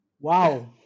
Wow